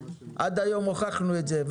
עד היום הוכחנו את זה,